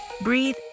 breathe